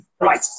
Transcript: Right